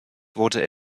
wurde